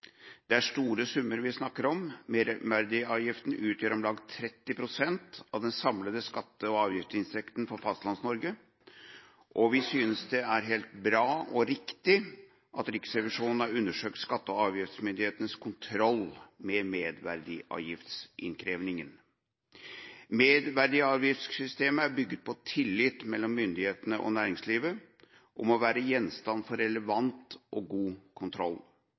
Det er store summer vi snakker om – merverdiavgiften utgjør om lag 30 pst. av den samlede skatte- og avgiftsinntekten fra Fastlands-Norge, og vi synes det er bra og riktig at Riksrevisjonen har undersøkt skatte- og avgiftsmyndighetenes kontroll av merverdiavgiftsinnkrevingen. Merverdiavgiftssystemet er bygget på tillit mellom myndighetene og næringslivet og må være gjenstand for relevant og god kontroll.